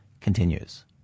continues